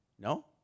No